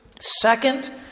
Second